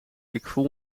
voel